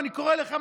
ואני קורא לך,